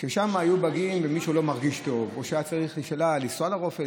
כשלשם היו מגיעים ומישהו לא מרגיש טוב או כשהייתה שאלה אם לנסוע לרופא,